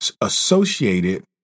associated